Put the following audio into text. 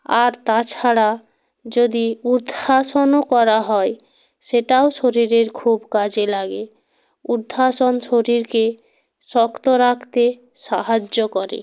আর তাছাড়া যদি ঊর্ধ্বাসনও করা হয় সেটাও শরীরের খুব কাজে লাগে ঊর্ধ্বাসন শরীরকে শক্ত রাখতে সাহায্য করে